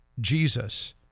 Jesus